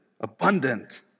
abundant